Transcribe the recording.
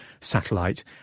satellite